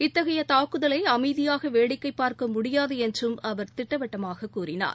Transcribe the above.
இத்தகைய தாக்குதலை அமைதியாக வேடிக்கை பார்க்க முடியாது என்றும் அவர் திட்டவட்டமாகக் கூறினார்